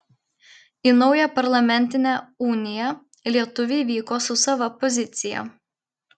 į naują parlamentinę uniją lietuviai vyko su sava pozicija